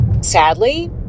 sadly